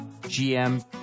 GM